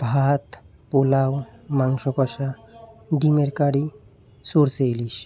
ভাত পোলাও মাংস কষা ডিমের কারি সরষে ইলিশ